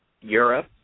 Europe